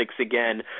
again